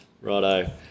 Righto